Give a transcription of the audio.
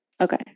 Okay